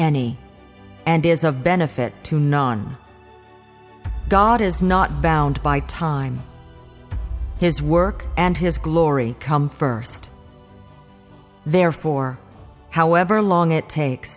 any and is of benefit to non god is not bound by time his work and his glory come first therefore however long it takes